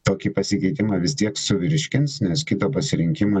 tokį pasikeitimą vis tiek suvirškins nes kito pasirinkimo